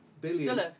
Billion